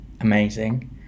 amazing